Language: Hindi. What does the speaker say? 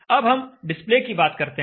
अब हम डिस्प्ले की बात करते हैं